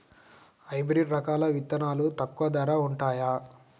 Hybrid రకాల విత్తనాలు తక్కువ ధర ఉంటుందా?